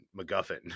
MacGuffin